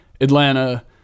Atlanta